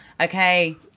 Okay